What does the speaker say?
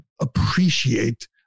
appreciate